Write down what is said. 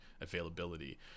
availability